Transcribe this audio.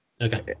Okay